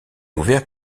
ouvert